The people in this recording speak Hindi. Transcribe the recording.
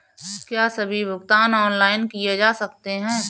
क्या सभी भुगतान ऑनलाइन किए जा सकते हैं?